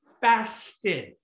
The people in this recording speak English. fasted